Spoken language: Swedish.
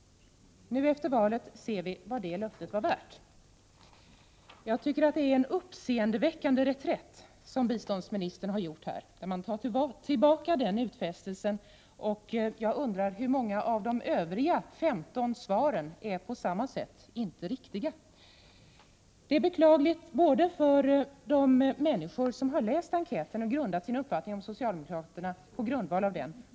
Nu efter valet ser vi vad det löftet var värt. Jag tycker att det är en uppseendeväckande reträtt som biståndsministern har gjort när hon tar tillbaka den här utfästelsen. Jag undrar hur många av de Övriga svaren som på samma sätt inte är riktiga. Det som skett är beklagligt för de människor som har läst enkäten och grundat sin uppfattning om socialdemokraterna på den.